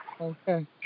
Okay